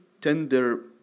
tender